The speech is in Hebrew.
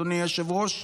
אדוני היושב-ראש?